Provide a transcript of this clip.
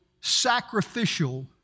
sacrificial